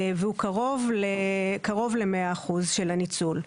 והוא קרוב ל-100% של הניצול.